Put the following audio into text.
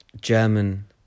German